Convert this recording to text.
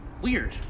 weird